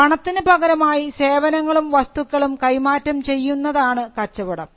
പണത്തിനു പകരമായി സേവനങ്ങളും വസ്തുക്കളും കൈമാറ്റം ചെയ്യുന്നതാണ് കച്ചവടം